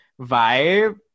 vibe